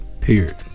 Period